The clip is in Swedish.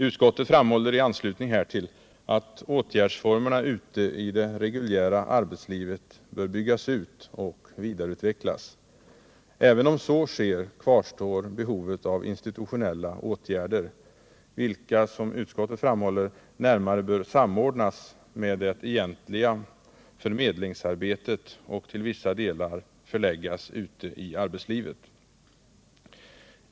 Utskottet framhåller i anslutning härtill, att åtgärdsformerna ute i det reguljära arbetslivet bör byggas ut och vidareutvecklas. Även om så sker kvarstår behovet av institutionella åtgärder, vilka — som utskottet framhåller — närmare bör samordnas med det egentliga förmedlingsarbetet och till vissa delar förläggas ute i arbetslivet.